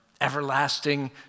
everlasting